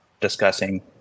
discussing